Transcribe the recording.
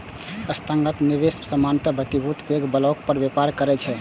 संस्थागत निवेशक सामान्यतः प्रतिभूति के पैघ ब्लॉक मे व्यापार करै छै